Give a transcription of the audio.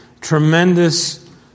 tremendous